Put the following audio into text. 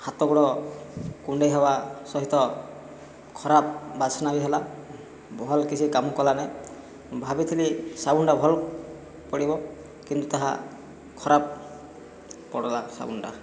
ହାତ ଗୋଡ଼ କୁଣ୍ଡାଇ ହେବା ସହିତ ଖରାପ ବାସ୍ନା ବି ହେଲା ବହଲ୍ କିଛି କାମ କଲା ନାହିଁ ଭାବିଥିଲି ସାବୁନଟା ଭଲ୍ ପଡ଼ିବ କିନ୍ତୁ ତାହା ଖରାପ ପଡ଼ିଲା ସାବୁନଟା